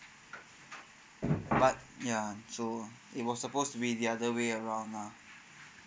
but ya so it was supposed to be the other way around lah